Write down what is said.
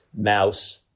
mouse